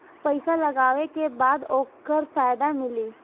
पइसा लगावे के बाद ओकर फायदा मिली